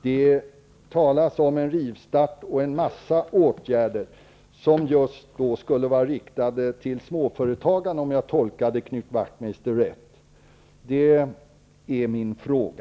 Det talades om en rivstart och en massa åtgärder, som skulle vara riktade till just småföretagarna, om jag tolkade Knut Wachtmeister rätt. Vilka är de, är min fråga.